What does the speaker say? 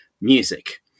music